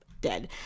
dead